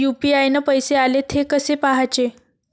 UPI न पैसे आले, थे कसे पाहाचे?